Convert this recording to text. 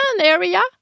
area